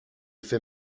fait